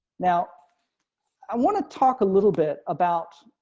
now i want to talk a little bit about